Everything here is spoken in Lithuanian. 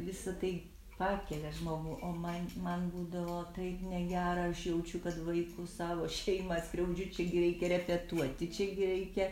visa tai pakelia žmogų o man man būdavo taip negera aš jaučiu kad vaikus savo šeimą skriaudžiu čia gi reikia repetuoti čia gi reikia